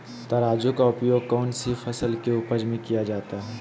तराजू का उपयोग कौन सी फसल के उपज में किया जाता है?